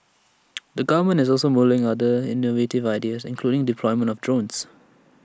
the government is also mulling other innovative ideas including the deployment of drones